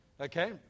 okay